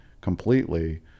completely